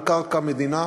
על קרקע מדינה,